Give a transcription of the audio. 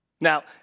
Now